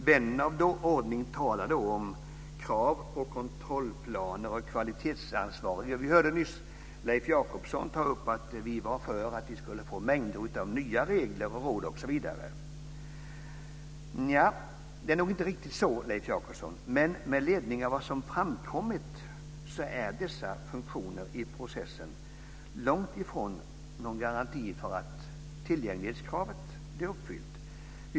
Vän av ordning talar då om krav på kontrollplaner och kvalitetsansvarig. Vi hörde nyss Leif Jakobsson ta upp att vi är för mängder av nya regler och råd, osv. Det är nog inte riktigt så, Leif Jakobsson. Men med ledning av vad som framkommit är dessa funktioner i processen långt ifrån någon garanti för att tillgänglighetskravet blir uppfyllt.